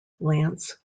lance